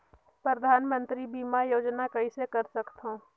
परधानमंतरी बीमा कइसे कर सकथव?